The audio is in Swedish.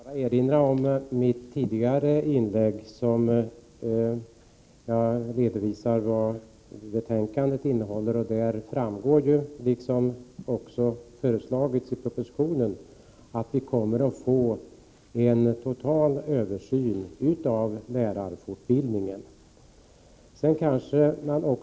Herr talman! Jag vill bara erinra om mitt tidigare inlägg, då jag redovisade vad betänkandet innehåller. Av betänkandet framgår ju att vi — vilket också har föreslagits i propositionen — kommer att få en total översyn av lärarfortbildningen.